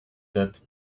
that